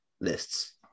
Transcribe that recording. lists